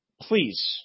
Please